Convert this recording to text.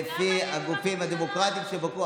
לפי הגופים הדמוקרטיים שבדקו,